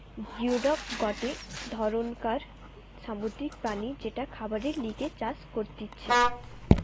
geoduck গটে ধরণকার সামুদ্রিক প্রাণী যেটা খাবারের লিগে চাষ করতিছে